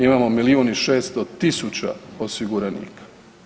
Imamo milijun i 600 000 osiguranika.